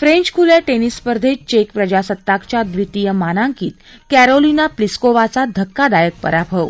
French खुल्या टर्मिस स्पर्धेत चेक प्रजासत्ताकच्या द्वितीय मानांकित कॅरोलिना प्लिस्कोवाचा धक्कादायक पराभव